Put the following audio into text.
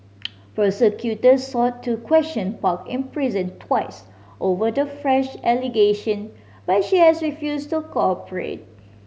prosecutors sought to question Park in prison twice over the fresh allegation but she has refused to cooperate